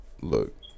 look